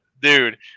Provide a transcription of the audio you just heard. Dude